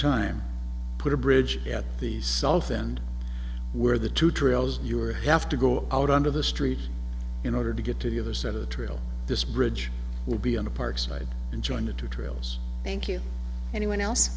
time put a bridge at the south and where the two trails you are have to go out onto the street in order to get to the other side of the trail this bridge will be on the park side and join the two trails thank you anyone else